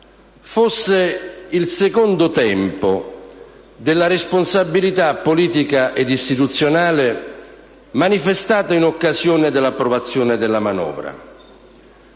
fosse il secondo tempo della responsabilità politica ed istituzionale manifestata in occasione dell'approvazione della manovra.